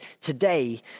today